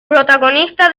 protagonista